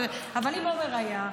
אבל אם עמר היה,